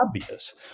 obvious